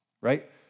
right